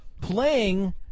playing